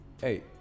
hey